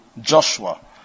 Joshua